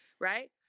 Right